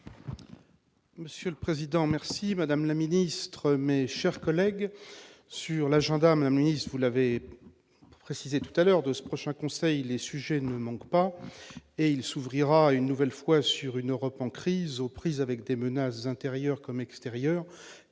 Monsieur le président merci madame la ministre, mais chers collègues sur l'agenda même Nice vous l'avez précisé tout à l'heure de ce prochain conseil, les sujets ne manquent pas et il s'ouvrira une nouvelle fois sur une Europe en crise aux prises avec des menaces intérieures comme extérieures